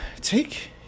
take